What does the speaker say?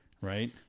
Right